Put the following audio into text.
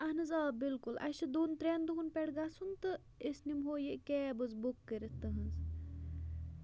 اَہَن حظ آ بِلکُل اَسہِ چھِ دۄن ترٛٮ۪ن دۄہَن پٮ۪ٹھ گَژھُن تہٕ أسۍ نِمہو یہِ کیب حظ بُک کٔرِتھ تُہٕنٛز